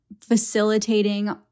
facilitating